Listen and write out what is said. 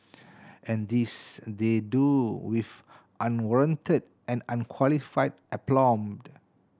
and this they do with unwarranted and unqualified aplomb